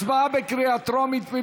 הצבעה בקריאה טרומית.